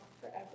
forever